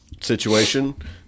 situation